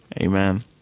Amen